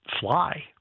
fly